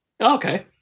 Okay